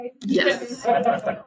Yes